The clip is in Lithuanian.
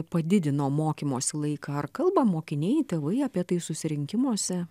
padidino mokymosi laiką ar kalba mokiniai tėvai apie tai susirinkimuose